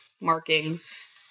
markings